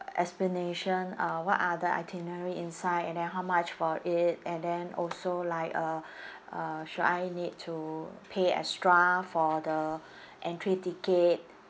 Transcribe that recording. explanation uh what are the itinerary inside and then how much for it and then also like uh uh should I need to pay extra for the entry ticket